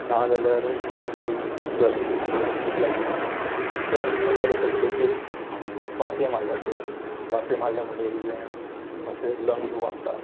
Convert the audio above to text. ना जाल्यार सकयल घरांत बिल्डींगे तूं फ्लॅटा रावता फ्लॅटां रावता जाल्यार सकयल वचून पासय मारपाच्यो पासय मारल्यो म्हणटगीर तुजें मातशें लंग्स वाडटा